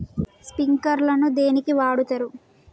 Sprinkler ను దేనికి వాడుతరు?